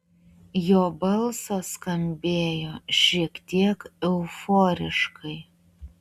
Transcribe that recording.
jo balsas skambėjo šiek tiek euforiškai